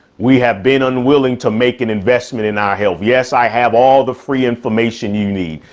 we have been unwilling to make an investment in our health. yes, i have all the free information you need.